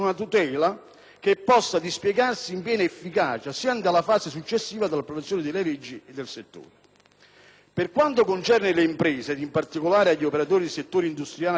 che possa dispiegarsi in piena efficacia sin dalla fase successiva all'approvazione delle leggi di settore. Per quanto concerne le imprese ed in particolare gli operatori dei settori industriale ed edilizio,